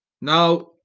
Now